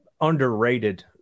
underrated